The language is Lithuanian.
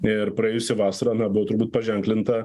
ir praėjusi vasara na buvo turbūt paženklinta